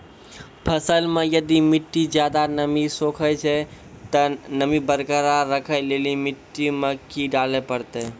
फसल मे यदि मिट्टी ज्यादा नमी सोखे छै ते नमी बरकरार रखे लेली मिट्टी मे की डाले परतै?